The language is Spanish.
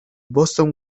boston